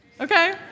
Okay